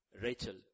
Rachel